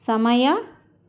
ಸಮಯ